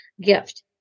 gift